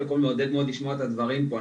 קודם כל מעודד מאוד לשמוע את הדברים פה.